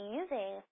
using